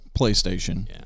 PlayStation